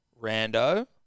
Rando